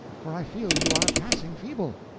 for i feel you are passing feeble.